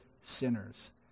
sinners